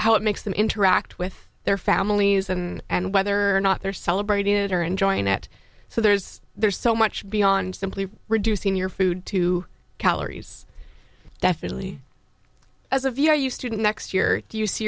how it makes them interact with their families than and whether or not they're celebrating it or enjoying it so there's there's so much beyond simply reducing your food to calories definitely as a viewer you student next year do you see